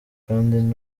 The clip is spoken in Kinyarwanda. kandi